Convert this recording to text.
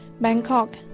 Bangkok